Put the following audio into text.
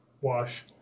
Wash